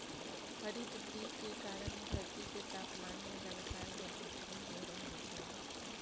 हरितगृह के कारण धरती के तापमान में लगातार बढ़ोतरी हो रहल बा